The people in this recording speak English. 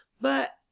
But